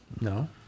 no